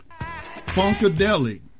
Funkadelic